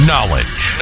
Knowledge